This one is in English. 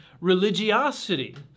religiosity